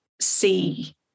see